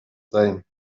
same